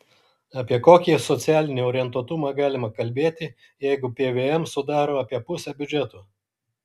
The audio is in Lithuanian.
apie kokį socialinį orientuotumą galima kalbėti jeigu pvm sudaro apie pusę biudžeto